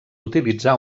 utilitzar